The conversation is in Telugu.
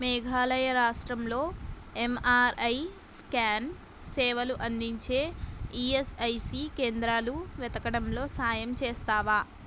మేఘాలయ రాష్ట్రంలో ఎమ్ఆర్ఐ స్కాన్ సేవలు అందించే ఈఎస్ఐసీ కేంద్రాలు వెతుకడంలో సాయం చేస్తావా